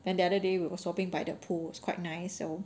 then the other day we were swabbing by the pool is quite nice so